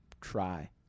try